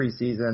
preseason –